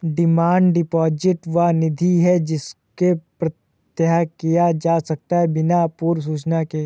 demand deposit वह निधि है जिसको प्रत्याहृत किया जा सकता है बिना पूर्व सूचना के